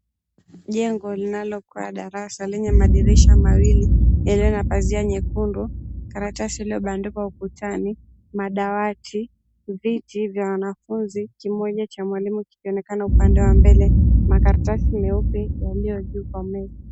Jengo linalokaa darasa lenye madirisha mawili yaliyo na pazia nyekundu. Karatasi iliyobandikwa ukutani, madawati viti vya wanafunzi, kimoja cha mwalimu kikionekana upande wa mbele, makaratasi meupe yaliyo juu kwa meza.